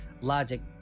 logic